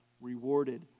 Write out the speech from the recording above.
rewarded